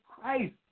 Christ